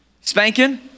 spanking